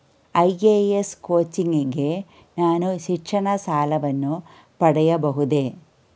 IAS coaching ಗೆ ನಾನು ಶಿಕ್ಷಣ ಸಾಲವನ್ನು ಪಡೆಯಬಹುದೇ?